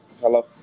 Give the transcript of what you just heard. Hello